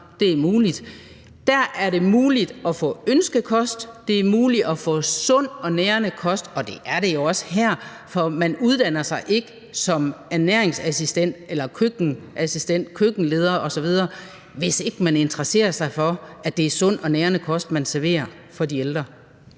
det er sådan – er det muligt at få ønskekost, det er muligt at få sund og nærende kost. Og det er det jo også her, for man uddanner sig ikke som ernæringsassistent eller køkkenassistent og -leder osv., hvis man ikke interesserer sig for, at det er sund og nærende kost, man serverer for de ældre.